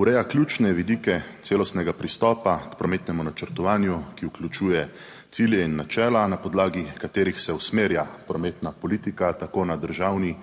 ureja ključne vidike celostnega pristopa k prometnemu načrtovanju, ki vključuje cilje in načela, na podlagi katerih se usmerja prometna politika tako na državni